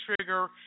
trigger